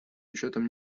учетом